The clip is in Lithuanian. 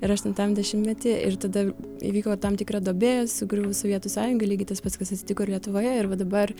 ir aštuntam dešimtmetyje ir tada įvyko tam tikra duobė sugriuvo sovietų sąjunga lygiai tas pats kas atsitiko ir lietuvoje ir va dabar